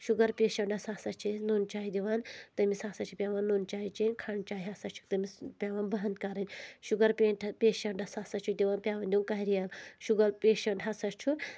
sugar patients ہسا چھِ أسۍ نُن چاے دِوَن تٔمِس ہسا چھُ پؠوان نُن چاے چین کھنٛڈ چاے ہسا چھُ تٔمِس پؠوان بنٛد کَرٕنۍ شُگر پینٹ پیشَنٹَس ہسا چھُ دِوان پؠوان دِیُن کریل شُگر پیشنٹ ہسا چھُ